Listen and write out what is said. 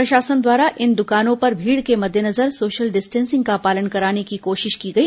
प्रशासन द्वारा इन दुकानों पर भीड़ के मद्देनजर सोशल डिस्टेंसिंग का पालन कराने की कोशिश की गई